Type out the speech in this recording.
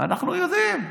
אנחנו יודעים.